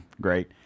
great